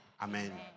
Amen